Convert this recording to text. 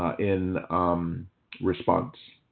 in response.